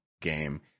game